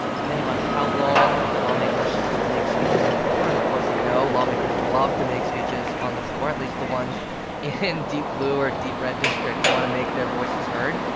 depending on how long lawmakers make speeches on the floor. and, of course, you know lawmakers love to make speeches on the floor at least the ones in deep-blue or deep-red districts want to make their voices heard.